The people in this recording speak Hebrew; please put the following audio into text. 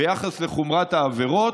ביחס לחומרת העבירות,